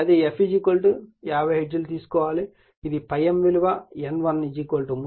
కాబట్టి అది f 50 hertz తీసుకోవాలి మరియు ఇది ∅m విలువ N1 300 లభిస్తుంది